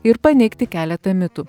ir paneigti keletą mitų